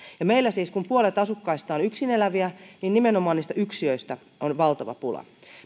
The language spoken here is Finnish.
ja kun meillä puolet asukkaista on yksin eläviä niin nimenomaan niistä yksiöistä on valtava pula